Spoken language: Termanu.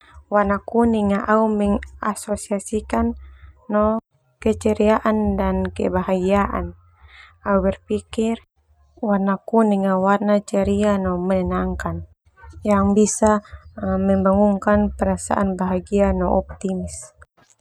Warna kuning au mengasosiasikan no keceriaan dan kebahagiaan. Au berpikir warna kuning ah warna ceria no menenangkan yang bisa membangunkan perasaan bahagia no optimis.